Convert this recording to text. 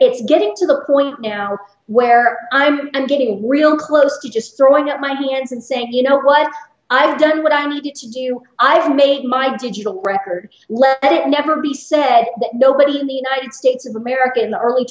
it's getting to the point now where i'm getting real close to just throwing up my hands and saying you know what i've done what i needed to you i've made my digital records let it never be said that nobody in the united states of america in the early